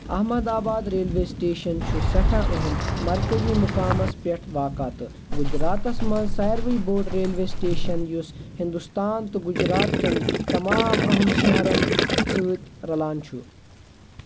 Ahmedabad railway station چھُ سٮ۪ٹھاہ اہم مركٔزی مُقامس پیٹھ واقع تہٕ گُجراتس منٛز سارِوٕے بو٘ڈ ریلوے سِٹیشن یُس ہنٛدوستان تہٕ گُجرات كٮ۪ن تمام اہم شہرن سٕتۍ رلان چھُ